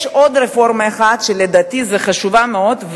יש עוד רפורמה אחת שלדעתי היא חשובה מאוד,